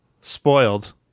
spoiled